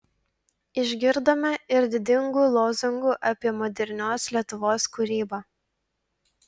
išgirdome ir didingų lozungų apie modernios lietuvos kūrybą